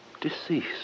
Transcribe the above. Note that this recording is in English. Deceased